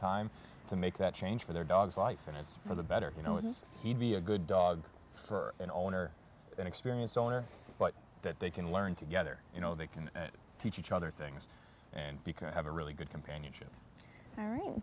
time to make that change for their dog's life and it's for the better you know it is he'd be a good dog for an owner an experience owner but that they can learn together you know they can teach each other things and because i have a really good companionship alr